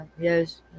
Yes